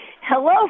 Hello